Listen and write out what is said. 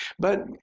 but,